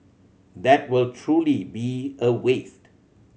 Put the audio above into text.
that will truly be a waste